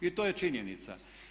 I to je činjenica.